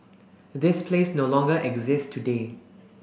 this place no longer exists today